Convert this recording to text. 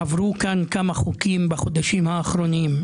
עברו כאן כמה חוקים בחודשים האחרונים,